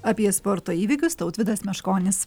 apie sporto įvykius tautvydas meškonis